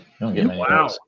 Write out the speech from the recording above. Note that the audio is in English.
Wow